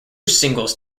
singles